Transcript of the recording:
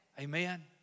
Amen